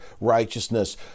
righteousness